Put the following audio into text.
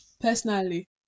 Personally